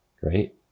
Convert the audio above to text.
Great